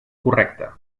correcte